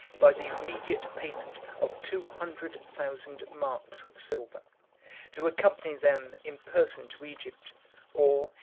by the immediate payment of two hundred thousand marks of silver to accompany them in person to egypt or,